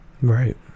right